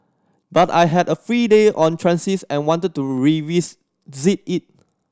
but I had a free day on transit and I wanted to revisit Z it